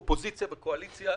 אופוזיציה וקואליציה,